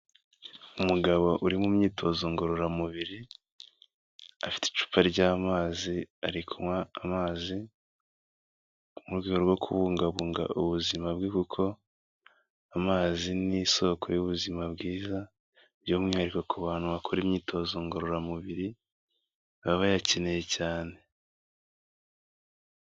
Umugabo uri mu myitozo ngororamubiri, afite icupa ry'amazi, ari kunywa amazi mu rwego rwo kubungabunga ubuzima bwe kuko amazi ni isoko y'ubuzima bwiza by'umwihariko ku bantu bakora imyitozo ngororamubiri baba bayakeneye cyane.